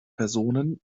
personen